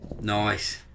Nice